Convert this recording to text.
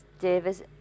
Davis